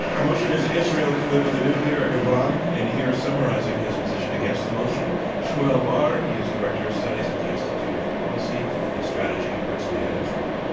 our motion is israel can live with a nuclear iran. and here, summarizing his position against the motion shmuel bar. he is director of studies at the institute of policy and strategy in herzliya, israel.